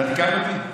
אתה תיקח אותי?